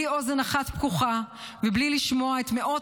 בלי אוזן אחת פקוחה ובלי לשמוע את מאות